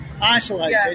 isolated